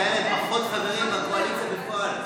כי היו להם פחות חברים בקואליציה בפועל.